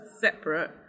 separate